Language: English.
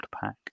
pack